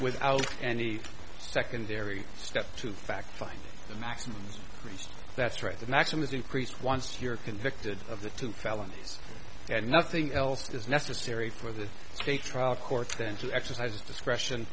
without any secondary step to fact find the maximum that's right the maxim with increased once you're convicted of the two felonies and nothing else is necessary for the trial court then to exercise discretion